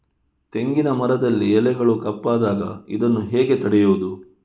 ತೆಂಗಿನ ಮರದಲ್ಲಿ ಎಲೆಗಳು ಕಪ್ಪಾದಾಗ ಇದನ್ನು ಹೇಗೆ ತಡೆಯುವುದು?